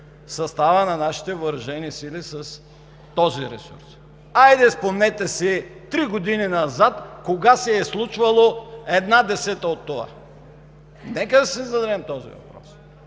състава на нашите въоръжени сили с този ресурс. Хайде, спомнете си три години назад кога се е случвало една десета от това? Нека да си зададем този въпрос.